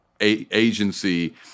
agency